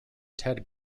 ted